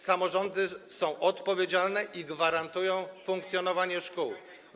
Samorządy są odpowiedzialne i gwarantują funkcjonowanie szkół.